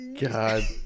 God